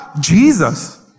Jesus